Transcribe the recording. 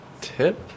tip